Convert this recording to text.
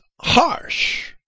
harsh